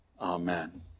Amen